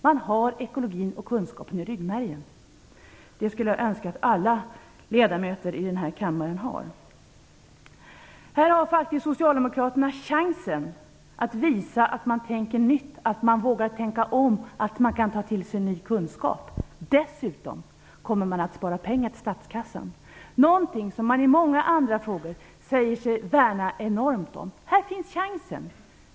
Man har kunskapen om ekologin i ryggmärgen. Det skulle jag önska att alla ledamöter i den kammaren hade. Här har socialdemokraterna faktiskt chansen att visa att man tänker nytt, att man vågar tänka om och att man kan ta till sig ny kunskap. Dessutom kommer man att spara pengar till statskassan, något som man i många andra frågor säger sig värna enormt om. Här finns chansen.